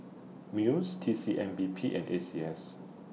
Muis T C M P B and A C S